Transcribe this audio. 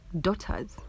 daughters